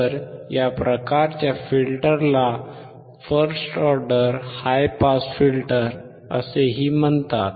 तर या प्रकारच्या फिल्टरला first order high pass filter असेही म्हणतात